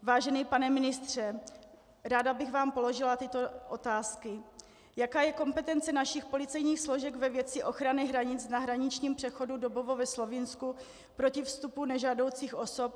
Vážený pane ministře, ráda bych vám položila tyto otázky: Jaká je kompetence našich policejních složek ve věci ochrany hranic na hraničním přechodu Dobovo ve Slovinsku proti vstupu nežádoucích osob?